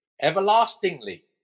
everlastingly